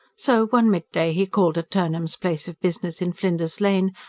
so, one midday he called at turnham's place of business in flinders lane,